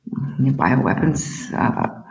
bioweapons